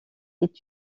est